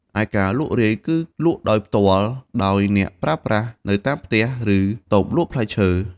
ឯការលក់រាយ គឺលក់ដោយផ្ទាល់ដល់អ្នកប្រើប្រាស់នៅតាមផ្ទះ ឬតូបលក់ផ្លែឈើ។